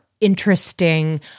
interesting